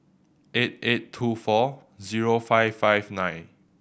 eight eight two four zero five five nine